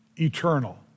eternal